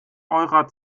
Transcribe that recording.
eurer